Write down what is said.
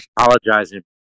apologizing